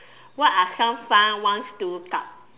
what are some fun ones to look up